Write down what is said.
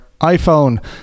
iPhone